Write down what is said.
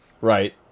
Right